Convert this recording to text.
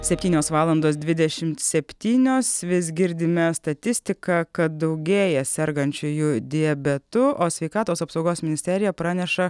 septynios valandos dvidešimt septynios vis girdime statistiką kad daugėja sergančiųjų diabetu o sveikatos apsaugos ministerija praneša